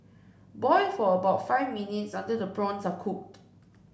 boil for about five minutes until the prawns are cooked